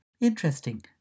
Interesting